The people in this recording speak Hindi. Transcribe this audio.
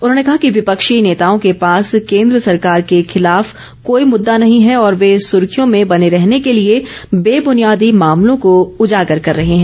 उन्होंने कहा कि विपक्षी नेताओं के पास केन्द्र सरकार के खिलाफ कोई मुद्दा नहीं है और वे सुर्खियों में बने रहने के लिए बेबूनियादी मामलों को उजागर कर रहे हैं